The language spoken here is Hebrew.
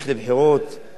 לרשויות המקומיות,